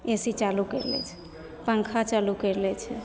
ए C चालू करि लै छै पङ्खा चालु करि लै छै